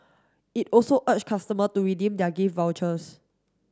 it also urge customer to redeem their gift vouchers